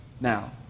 now